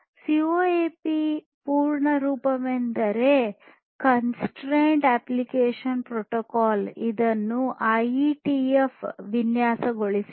CoAP ಯ ಪೂರ್ಣ ರೂಪವೆಂದರೆ ಕನ್ಸ್ತ್ರೈಂಟ್ ಅಪ್ಲಿಕೇಶನ್ ಪ್ರೋಟೋಕಾಲ್ ಇದನ್ನು ಐಇಟಿಎಫ್ ವಿನ್ಯಾಸಗೊಳಿಸಿದೆ